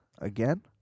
again